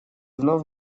вновь